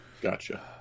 Gotcha